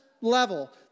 level